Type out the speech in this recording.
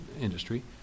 industry